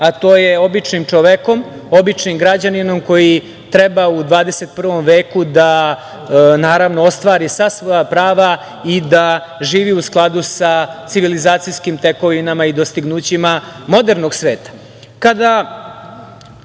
a to je običnim čovekom, običnim građaninom koji treba u 21. veku ostvari sva svoja prava i da živi u skladu sa svojim civilizacijiskim tekovinama i dostignućima modernog sveta. Kada